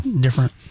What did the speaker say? Different